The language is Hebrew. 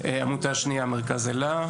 והעמותה השנייה היא מרכז אלה.